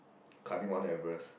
climbing Mount-Everest